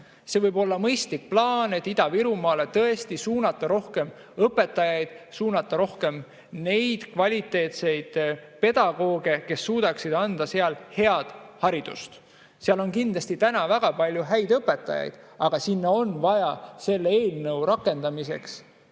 see võib olla mõistlik plaan, et tõesti Ida-Virumaale suunata rohkem õpetajaid, suunata rohkem neid kvaliteetseid pedagooge, kes suudaksid anda seal head haridust. Seal on kindlasti täna väga palju häid õpetajaid, aga sinna on vaja selle eelnõu rakendamiseks,